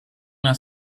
una